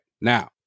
Now